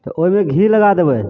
तऽ ओहिमे घी लगा देबै